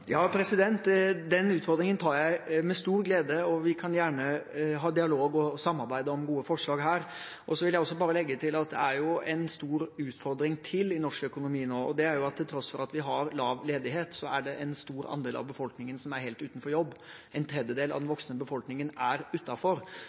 Den utfordringen tar jeg med stor glede, og vi kan gjerne ha dialog og samarbeid om gode forslag her. Og så vil jeg bare legge til at det er jo enda en stor utfordring i norsk økonomi nå. Det er at til tross for at vi har lav ledighet, er det en stor andel av befolkningen som er helt uten jobb. En tredjedel av den